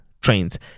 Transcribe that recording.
trains